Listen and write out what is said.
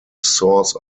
source